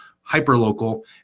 hyper-local